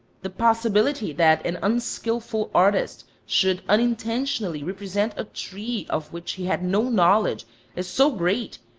the possibility that an unskilful artist should unintentionally represent a tree of which he had no knowledge is so great,